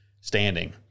standing